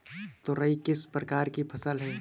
तोरई किस प्रकार की फसल है?